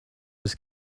was